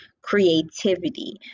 creativity